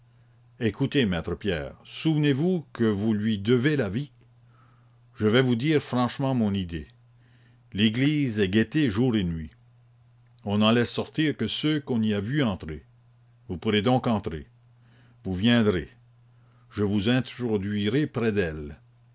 écoutez maître pierre souvenez-vous que vous lui devez la vie je vais vous dire franchement mon idée l'église est guettée jour et nuit on n'en laisse sortir que ceux qu'on y a vus entrer vous pourrez donc entrer vous viendrez je vous introduirai près d'elle